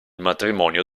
matrimonio